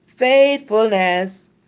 faithfulness